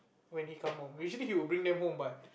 when he come home usually he will bring them home but